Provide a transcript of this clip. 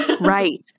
Right